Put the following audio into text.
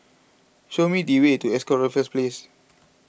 show me the way to Ascott Raffles Place